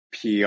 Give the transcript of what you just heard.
PR